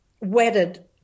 wedded